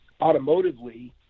automotively